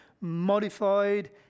modified